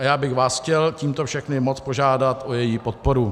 A já bych vás chtěl tímto všechny moc požádat o její podporu.